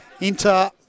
Inter